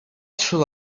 shall